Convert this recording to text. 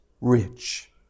rich